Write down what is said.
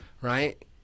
right